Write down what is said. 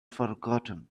forgotten